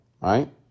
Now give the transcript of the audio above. right